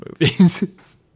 movies